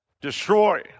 Destroy